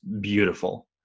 beautiful